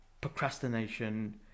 procrastination